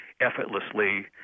effortlessly